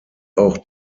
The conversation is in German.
auch